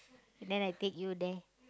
and then I take you there